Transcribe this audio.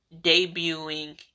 debuting